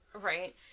Right